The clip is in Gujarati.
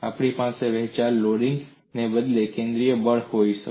આપણી પાસે વહેંચાયેલ લોડિંગ ને બદલે કેન્દ્રિત બળ હોઈ શકે